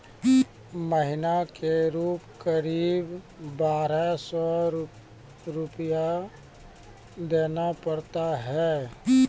महीना के रूप क़रीब बारह सौ रु देना पड़ता है?